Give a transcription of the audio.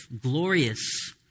glorious